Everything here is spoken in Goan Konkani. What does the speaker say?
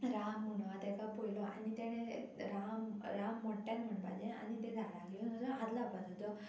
राम म्हणोन हा तेका पयलो आनी तेणे राम राम मोट्ट्यान म्हणपाचें आनी ते धाराक येवन हात लावपाचो तो